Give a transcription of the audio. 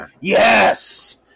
yes